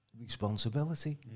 responsibility